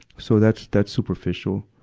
so that's, that's superficial.